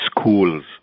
schools